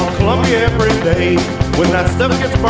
columbia every day when that stuff gets